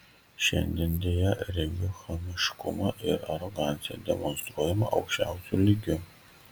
šiandien deja regiu chamiškumą ir aroganciją demonstruojamą aukščiausiu lygiu